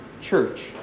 church